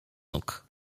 nóg